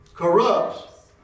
corrupts